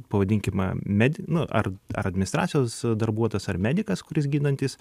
pavadinkime med nu ar ar administracijos darbuotojas ar medikas kuris gydantis